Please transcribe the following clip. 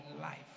life